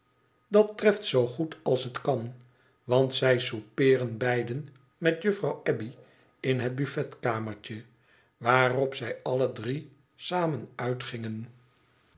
dat treft zoo goed als het kan want zij soupeeren beiden met juffrouw abbey in het buffetkamertje waarop zij alle drie samen uitgingen